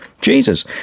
Jesus